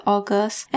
August